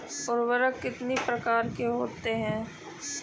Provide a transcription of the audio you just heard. उर्वरक कितनी प्रकार के होता हैं?